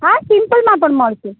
હા સિમ્પલમાં પણ મળશે